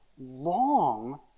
long